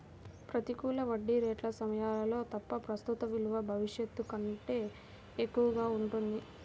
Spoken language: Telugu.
ప్రతికూల వడ్డీ రేట్ల సమయాల్లో తప్ప, ప్రస్తుత విలువ భవిష్యత్తు కంటే ఎక్కువగా ఉంటుంది